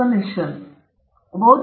ಈಗ ಬೌದ್ಧಿಕ ಆಸ್ತಿಯ ಹಕ್ಕು ವಿವರಣೆ